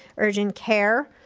urgent care,